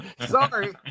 Sorry